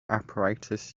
apparatus